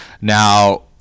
now